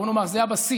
בואו נאמר שזה הבסיס.